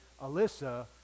Alyssa